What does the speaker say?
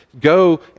go